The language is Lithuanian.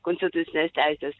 konstitucinės teisės